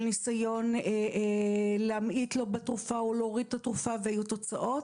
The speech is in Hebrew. של ניסיון להמעיט או להוריד בתרופה והיו תוצאות.